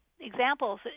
examples